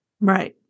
Right